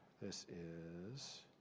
this is